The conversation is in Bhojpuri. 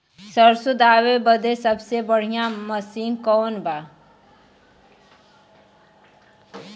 सरसों दावे बदे सबसे बढ़ियां मसिन कवन बा?